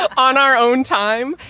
on our own time,